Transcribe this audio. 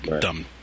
dumb